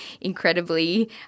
incredibly